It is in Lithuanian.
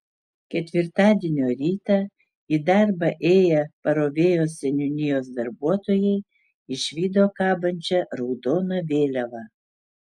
ketvirtadienio rytą į darbą ėję parovėjos seniūnijos darbuotojai išvydo kabančią raudoną vėliavą